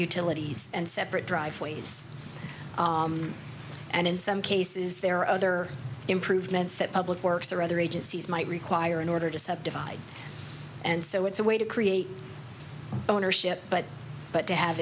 utilities and separate driveways and in some cases there are other improvements that public works or other agencies might require in order to subdivide and so it's a way to create ownership but but to have